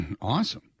Awesome